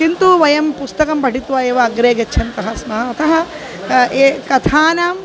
किन्तु वयं पुस्तकं पठित्वा एव अग्रे गच्छन्तः स्मः अतः ये कथानाम्